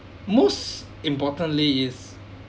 most importantly is